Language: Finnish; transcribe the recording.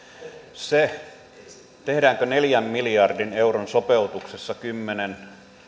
se tehdäänkö neljän miljardin euron sopeutuksessa kymmenen